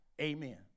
Amen